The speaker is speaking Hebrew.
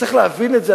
וצריך להבין את זה,